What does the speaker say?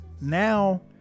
now